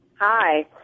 Hi